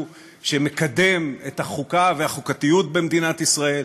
שמקדם את החוקה והחוקתיות במדינת ישראל.